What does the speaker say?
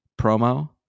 promo